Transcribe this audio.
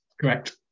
Correct